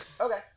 Okay